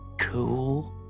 Cool